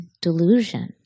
delusion